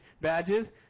badges